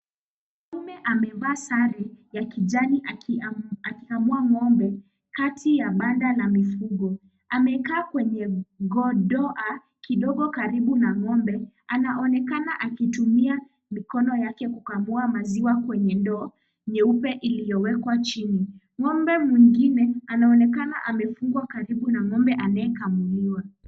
Mwanaume amevaa sare ya kijani akikamua ng'ombe kati ya banda la mifugo. Amekaa kwenye godoa kidogo karibu na ng'ombe. Anaonekana akitumia mikono yake kukamua maziwa kwenye ndoo nyeupe iliyowekwa chini. Ng'ombe mwingine anaonekana amefungwa karibu na ng'ombe anayekamuliwa.